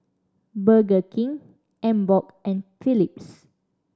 Burger King Emborg and Philips